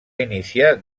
iniciar